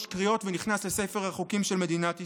קריאות ונכנס לספר החוקים של מדינת ישראל.